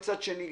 מצד שני,